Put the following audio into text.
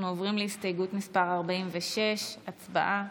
אנחנו עוברים להסתייגות מס' 46. הצבעה.